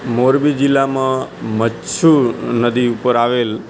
મોરબી જિલ્લામાં મચ્છુ નદી ઉપર આવેલ